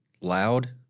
loud